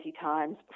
times